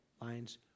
lines